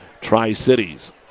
Tri-Cities